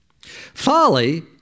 Folly